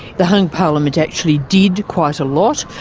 the hung parliament actually did quite a lot.